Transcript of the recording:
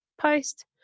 post